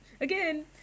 Again